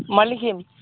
மல்லிகை